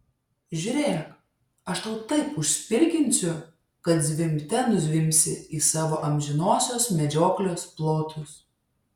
žiūrėk aš tau taip užspirginsiu kad zvimbte nuzvimbsi į savo amžinosios medžioklės plotus